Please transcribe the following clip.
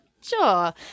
Sure